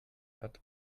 hat